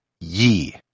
ye